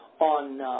on